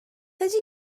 ydy